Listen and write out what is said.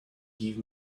give